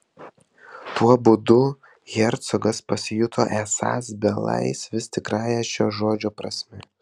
tuo būdu hercogas pasijuto esąs belaisvis tikrąja šio žodžio prasme